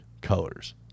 colors